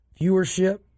viewership